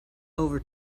over